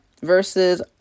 versus